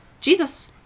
Jesus